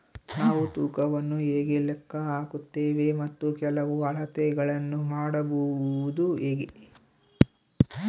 ನಾವು ತೂಕವನ್ನು ಹೇಗೆ ಲೆಕ್ಕ ಹಾಕುತ್ತೇವೆ ಮತ್ತು ಕೆಲವು ಅಳತೆಗಳನ್ನು ಮಾಡುವುದು ಹೇಗೆ?